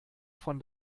von